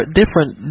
different